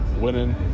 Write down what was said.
winning